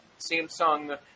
Samsung